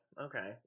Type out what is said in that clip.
okay